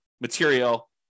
material